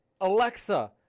Alexa